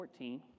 2014